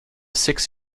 six